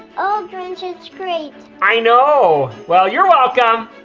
oh grinch, it's great. i know. well, you're welcome.